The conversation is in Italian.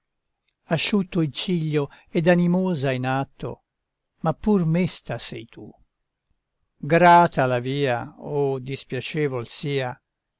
asciutto il ciglio ed animosa in atto ma pur mesta sei tu grata la via o dispiacevol sia